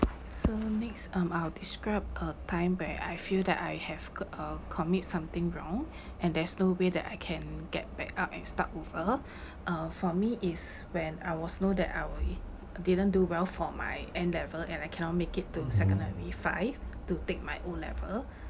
so next um I'll describe a time where I feel that I have co~ uh commit something wrong and there's no way that I can get back up and start over uh for me is when I was know that I wi~ didn't do well for my N level and I cannot make it to secondary five to take my O level